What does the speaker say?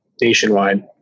nationwide